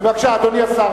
בבקשה, אדוני השר.